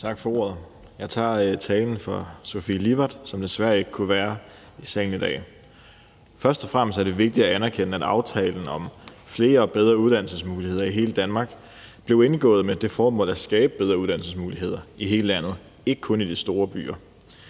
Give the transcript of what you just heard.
Tak for ordet. Jeg holder talen for Sofie Lippert, som desværre ikke kunne være i salen i dag. Først og fremmest er det vigtigt at anerkende, at aftalen om flere og bedre uddannelsesmuligheder i hele Danmark blev indgået med det formål at skabe bedre uddannelsesmuligheder i hele landet, ikke kun i de store byer.